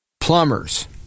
plumbers